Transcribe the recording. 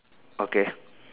okay